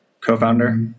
co-founder